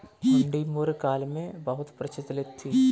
हुंडी मौर्य काल में बहुत प्रचलित थी